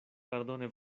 perdone